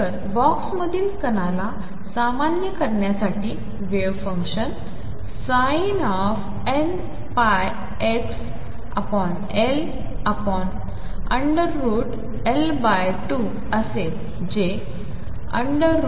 तर बॉक्समधील कणला सामान्य करण्यासाठी वेव्ह फंक्शनsinnπxLL2 असेल जे 2LsinnπxL